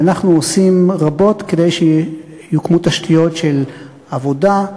ואנחנו עושים רבות כדי שיוקמו תשתיות של עבודה,